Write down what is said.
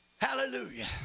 Hallelujah